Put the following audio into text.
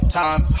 time